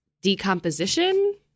decomposition